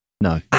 No